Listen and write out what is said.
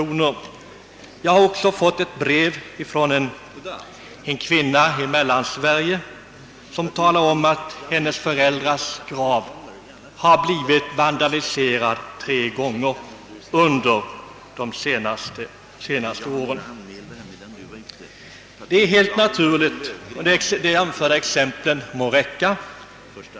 Jag vill också nämna att jag har fått ett brev från en kvinna i Mellansverige som talar om att hennes föräldrars grav har blivit vandaliserad tre gånger under de senaste åren. De anförda exemplen må räcka.